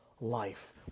life